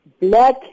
black